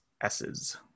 s's